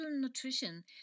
nutrition